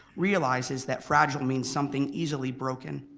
realizes that fragile means something easily broken.